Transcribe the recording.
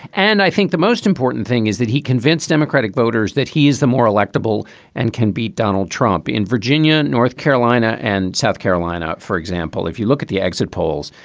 and i think the most important thing is that he convinced democratic voters that he is the more electable and can beat donald trump in virginia, north carolina and south carolina, for example. if you look at the exit polls,